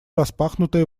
распахнутое